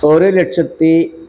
ഒരു ലക്ഷത്തി